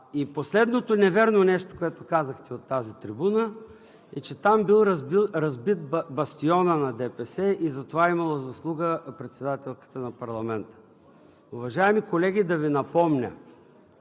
Последното невярно нещо, което казахте от тази трибуна, е, че е бил разбит бастионът на ДПС и за това е имала заслуга председателката на парламента. Уважаеми колеги, да Ви напомня: